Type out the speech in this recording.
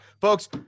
Folks